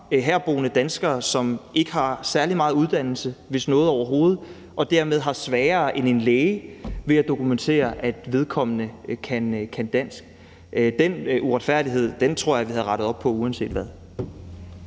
herboende danskere, som ikke har særlig meget uddannelse, hvis nogen overhovedet, og som dermed har sværere end en læge ved at dokumentere, at vedkommende kan dansk. Den uretfærdighed tror jeg vi havde rettet op på uanset hvad.